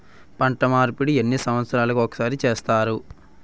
పంట మార్పిడి ఎన్ని సంవత్సరాలకి ఒక్కసారి చేస్తారు?